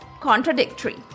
contradictory